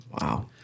Wow